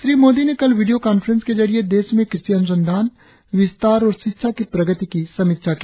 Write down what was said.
श्री मोदी ने कल video conference के जरिये देश में कृषि अन्संधान विस्तार और शिक्षा की प्रगति की समीक्षा की